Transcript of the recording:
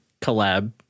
collab